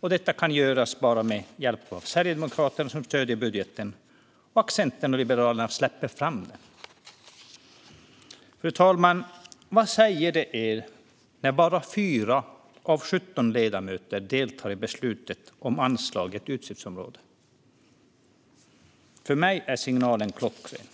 och detta gjordes möjligt bara med hjälp från Sverigedemokraterna, som stöder budgeten, och från Centern och Liberalerna, som släppte fram den. Fru talman! Vad säger det er när bara 4 av 17 ledamöter deltar i beslutet om anslaget i ett utgiftsområde? För mig är signalen klockren.